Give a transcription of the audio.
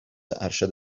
ارشد